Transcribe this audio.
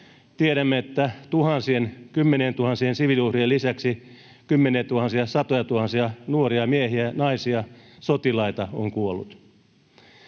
Tiedämme, että tuhansien, kymmenientuhansien siviiliuhrien lisäksi kymmeniätuhansia, satojatuhansia nuoria miehiä ja naisia, sotilaita, on kuollut.